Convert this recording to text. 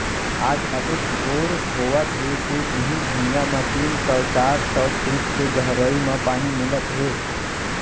आज अतेक बोर होवत हे के इहीं भुइयां म तीन सौ चार सौ फीट के गहरई म पानी मिलत हे